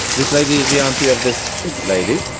this lady is the aunty of this lady?